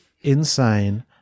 insane